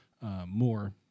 more